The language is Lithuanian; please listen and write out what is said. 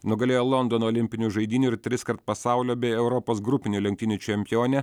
nugalėjo londono olimpinių žaidynių ir triskart pasaulio bei europos grupinių lenktynių čempionę